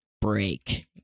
break